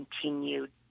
continued